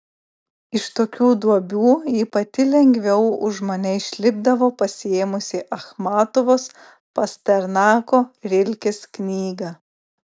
iš tokių duobių ji pati lengviau už mane išlipdavo pasiėmusi achmatovos pasternako rilkės knygą